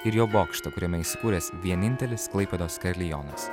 ir jo bokštą kuriame įsikūręs vienintelis klaipėdos karilionas